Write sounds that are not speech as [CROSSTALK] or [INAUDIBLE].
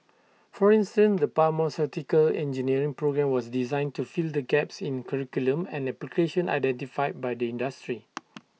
for instance the pharmaceutical engineering programme was designed to fill the gaps in curriculum and application identified by the industry [NOISE]